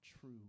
true